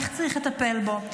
איך צריך לטפל בו.